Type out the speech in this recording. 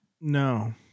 No